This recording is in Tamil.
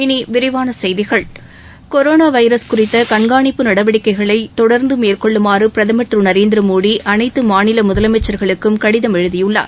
இனி விரிவான செய்திகள் கொரோனா வைரஸ் குறித்த கண்காணிப்பு நடவடிக்கைகளை தொடர்ந்து மேற்கொள்ளுமாறு பிரதமர் திரு நரேந்திர மோடி அனைத்து மாநில முதலமைச்சர்களுக்கும் கடிதம் எழுதியுள்ளார்